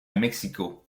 mexico